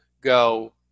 go